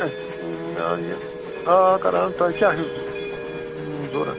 یہِ آ کران تۄہہِ کیٛاہ ضوٚرَتھ